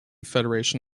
federation